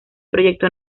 proyecto